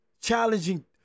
Challenging